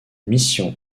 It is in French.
mission